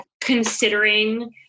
considering